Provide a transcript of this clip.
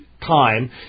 time